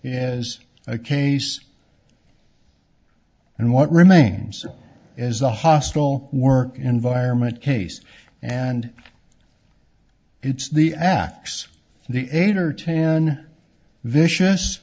is a case and what remains is a hostile work environment case and it's the acts the eight or ten vicious